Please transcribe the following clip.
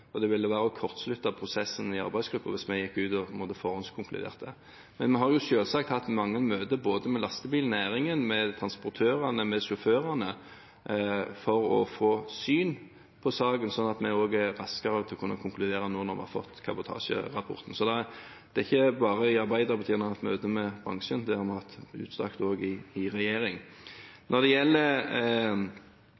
Det ville være å kortslutte prosessen i arbeidsgruppen hvis vi gikk ut og forhåndskonkluderte. Men vi har selvsagt hatt mange møter med både lastebilnæringen, transportørene og sjåførene for å få syn på saken, sånn at vi raskere kan konkludere nå når vi har fått kabotasjerapporten. Så det er ikke bare i Arbeiderpartiet en har hatt møter med bransjen, det har også vi i regjeringen hatt i